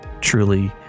truly